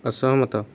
ଅସହମତ